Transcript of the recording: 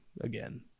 again